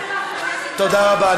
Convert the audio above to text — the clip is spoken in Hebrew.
תודה רבה.